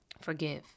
Forgive